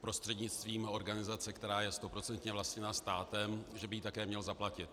prostřednictvím organizace, která je stoprocentně vlastněná státem, že by ji také měl zaplatit.